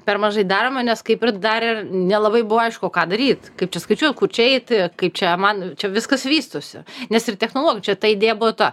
per mažai darome nes kaip ir dar ir nelabai buvo aišku ką daryt kaip čia skaičiuot kur čia eiti kaip čia man čia viskas vystosi nes ir technologijų čia ta idėja buvo ta